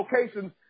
locations